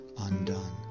undone